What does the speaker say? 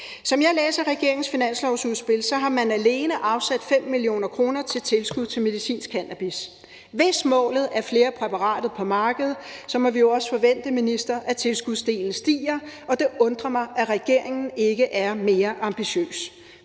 Som jeg læser regeringens finanslovsudspil, har man alene afsat 5 mio. kr. til tilskud til medicinsk cannabis. Hvis målet er flere præparater på markedet, må vi jo også forvente, minister, at tilskudsdelen stiger, og det undrer mig, at regeringen ikke er mere ambitiøs.